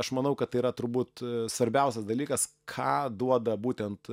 aš manau kad tai yra turbūt svarbiausias dalykas ką duoda būtent